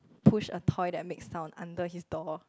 push a toy that made sound under his door